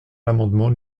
l’amendement